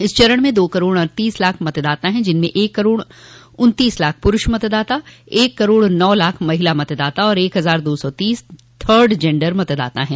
इस चरण में दो करोड़ अड़तीस लाख मतदाता है जिनमें एक करोड़ उन्तीस लाख पुरूष मतदाता एक करोड़ नौ लाख महिला मतदाता तथा एक हजार दो सौ तीस थर्ड जेंडर मतदाता है